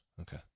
Okay